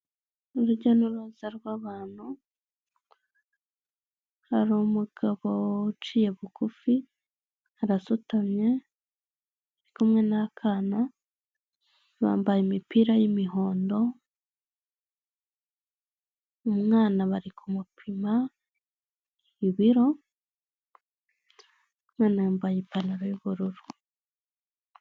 Urujya n'uruza rw'abantu hari umugabo uciye bugufi arasutamye ari kumwe n'akana bambaye imipira y'imihondo, umwana bari kumupima ibiro banambaye ipantaro y'ubururu.